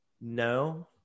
no